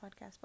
podcast